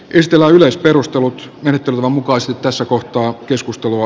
estela yleisperustelut menetelmän mukaista tässä eduskunta on keskustelua